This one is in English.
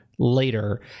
Later